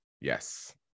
Yes